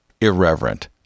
Irreverent